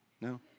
No